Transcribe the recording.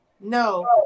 No